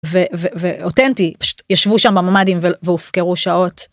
ו... ו... ואותנטי פשוט ישבו שם ממ"דים והופקרו שעות.